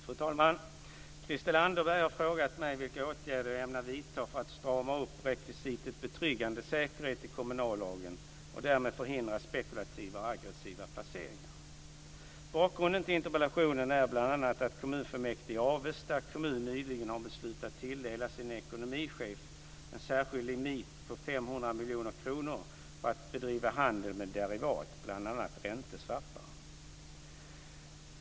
Fru talman! Christel Anderberg har frågat mig vilka åtgärder jag ämnar vidta för att strama upp rekvisitet betryggande säkerhet i kommunallagen och därmed förhindra spekulativa och aggressiva placeringar. Bakgrunden till interpellationen är bl.a. att kommunfullmäktige i Avesta kommun nyligen har beslutat tilldela sin ekonomichef en särskild limit på 500 miljoner kronor för att bedriva handel med derivat, bl.a. ränteswappar.